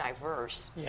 diverse